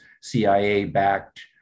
CIA-backed